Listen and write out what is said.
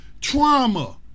trauma